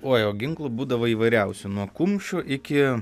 oj o ginklų būdavo įvairiausių nuo kumščių iki